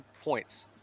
points